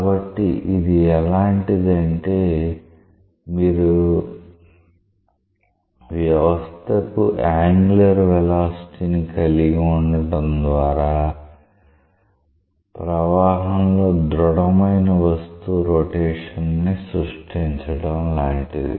కాబట్టి ఇది ఎలాంటిదంటే మీరు వ్యవస్థకు యాంగులర్ వెలాసిటీ ని కలిగి ఉండటం ద్వారా ప్రవాహంలో ధృడమైన వస్తువు రొటేషన్ ని సృష్టించడం లాంటిది